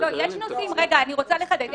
אני רוצה לחדד.